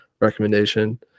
recommendation